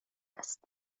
است